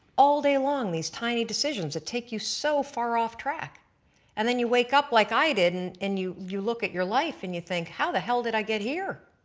all day long these tiny decisions that take you so far off track and then you wake up like i did and and you you look at your life and you think, how the hell did i get here,